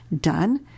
done